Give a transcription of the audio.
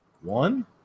One